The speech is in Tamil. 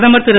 பிரதமர் திரு